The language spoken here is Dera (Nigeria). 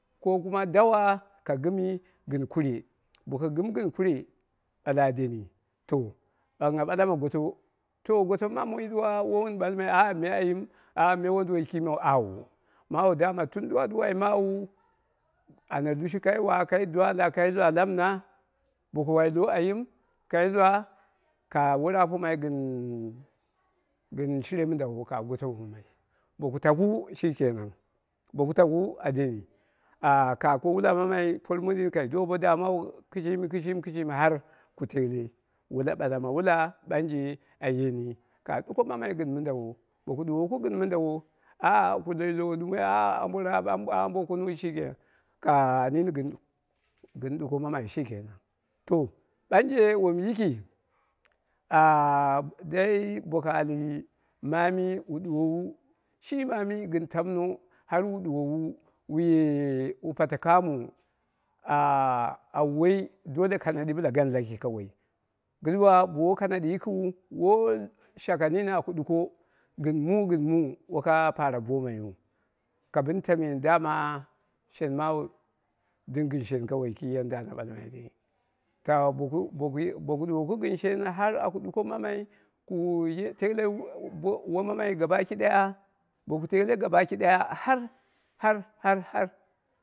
Ko kuma dawa ka gɨmi gɨn kure boko gɨmi ɓala a deni to ɓangngha ɓala ma goto to goto maa moi ɗuwa wowun ɓalmai auwo me ayim kowon duwoi kimeu auwo, maawu dama tu ɗuwa ɗuwoi maana lushu kai wa kai dwala la mɨna boko wai lo ayim kai lwa, ka goro apomai gɨn gɨn shire mɨn dawo ka goto boku taku shi kenan boku taku a deni ah ka ko wula mammai por mondin kai do bo damawa kɨshimi kɨshimi, kɨshimi har ku tele wula ɓala ma wula ɓanje a yeni, ka ɗuko mammai gɨn mɨndawo, boku ɗuwoku gɨn mɨndawo ku loi lowo an ɗumoi an raap ah, ambo kunung shi kenan, ɓanje wom yiki ah dai boko al mami wu ɗuwowu, shi mamii gɨn tamno har wu ɗuwowu wu yewu pate kamo ah au woi dole kanaɗi bɨla gaan laki, kɨduwa bo woi kana ɗi yikiu, woi shaka nini aku ɗuko gɨn mu gɨn mu woka paghira boomaiyu ka bɨn tamyen dama shen maawu ɗɨm gɨn shen kawai yadda ana ɓalmai to boku boku boku ɗuwo ku gɨn shen har ɗuko gɨn shen har aku duko mammai ku ye teule womamai gaba ki ɗaya boku teule gaba ki ɗaya har har har.